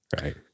Right